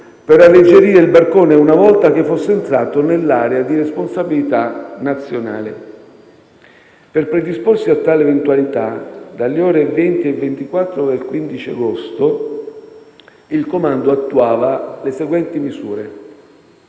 per alleggerire il barcone una volta che fosse entrato nell'area di responsabilità nazionale. Per predisporsi a tale eventualità, dalle ore 20,24 del 15 agosto il Comando attuava le seguenti misure.